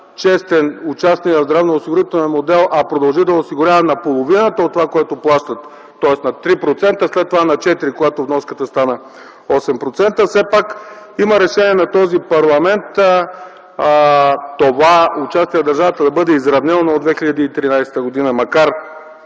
честен участник в здравноосигурителния модел, а продължи да осигурява наполовината от това, което плащат, тоест на 3%, след това на 4, когато вноската стана 8%. Все пак има решение на този парламент това участие на държавата да бъде изравнено от 2013 г. – макар